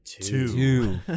Two